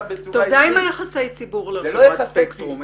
--- די עם היחסי ציבור לחברת ספקטור.